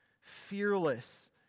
fearless